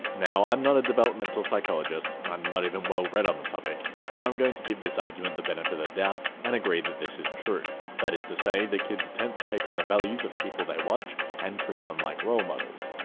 now i'm not a developmental psychologist, i'm not even well read on the topic, so i'm going to give this argument the benefit of the doubt and agree that this is true. that is to say, that kids attempt to take on the values of people they watch and treat them like role models.